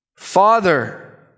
Father